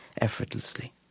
effortlessly